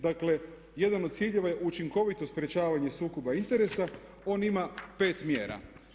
Dakle, jedan od ciljeva je učinkovito sprječavanje sukoba interesa, on ima 5 mjera.